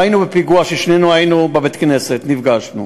ראינו בפיגוע, שנינו היינו, בבית-הכנסת נפגשנו,